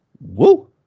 Woo